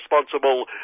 responsible